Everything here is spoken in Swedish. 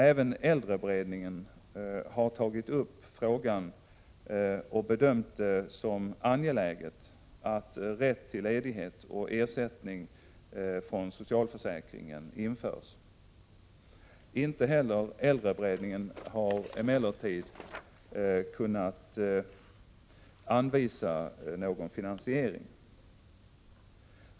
Även äldreberedningen har tagit upp frågan och bedömt det som angeläget att rätt till ledighet och ersättning från socialförsäkringen införs. Inte heller äldreberedningen har emellertid kunnat anvisa någon finansiering.